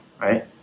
right